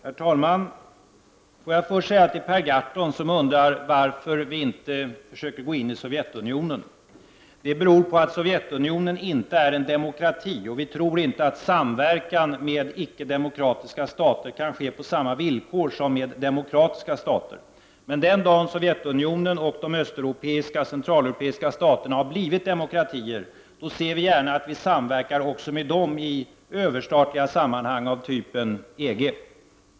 Herr talman! Låt mig först svara på Per Gahrtons fråga varför vi inte försöker gå in i Sovjetunionen. Anledningen är att Sovjetunionen inte är en demokrati, och vi tror inte att samverkan med icke-demokratiska stater kan ske på samma villkor som samverkan med demokratiska stater. Men den dagen Sovjetunionen och de östeuropeiska och centraleuropeiska staterna har blivit demokratier ser vi gärna att vi samverkar också med dem i överstatliga sammanhang av typen EG.